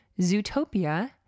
Zootopia